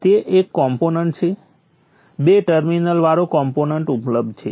તે એક કોમ્પોનન્ટ છે બે ટર્મિનલ વાળો કોમ્પોનન્ટ ઉપલબ્ધ છે